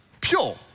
pure